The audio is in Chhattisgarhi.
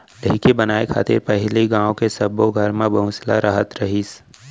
ढेंकी बनाय खातिर पहिली गॉंव के सब्बो घर म बसुला रहत रहिस